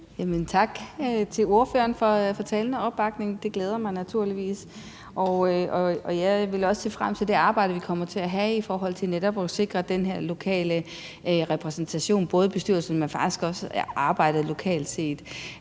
Tak til ordføreren for talen og opbakningen. Det glæder mig naturligvis. Jeg vil også se frem til det arbejde, vi kommer til at have, i forhold til netop at sikre den lokale repræsentation både i bestyrelsen og faktisk også i arbejdet lokalt set.